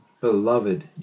Beloved